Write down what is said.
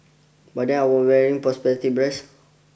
by then I were wearing perspective breast